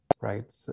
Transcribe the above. right